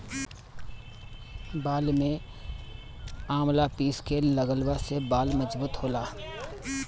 बाल में आवंला पीस के लगवला से बाल मजबूत होला